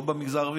לא במגזר,